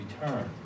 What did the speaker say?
return